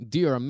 Dear